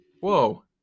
Whoa